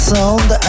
Sound